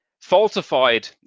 falsified